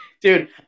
Dude